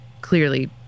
clearly